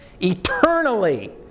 eternally